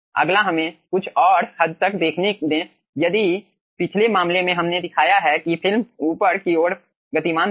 अगला हमें कुछ और हद तक देखने दें यदि पिछले मामले में हमने दिखाया है कि फिल्म ऊपर की ओर गतिमान थी